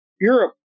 Europe